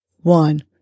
one